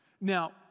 Now